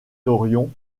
dorion